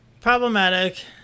Problematic